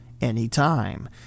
anytime